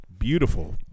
Beautiful